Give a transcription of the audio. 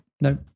No